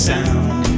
sound